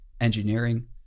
engineering